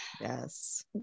Yes